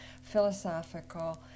philosophical